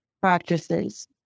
practices